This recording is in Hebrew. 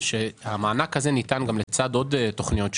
המענק הזה ניתן גם לצד עוד תוכניות שהיו.